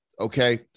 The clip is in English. Okay